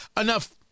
enough